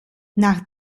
nach